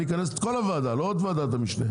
אני אכנס את כל הוועדה לא רק את ועדת המשנה.